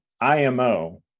IMO